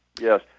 yes